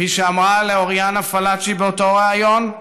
וכפי שאמרה לאוריאנה פלאצ'י באותו ריאיון: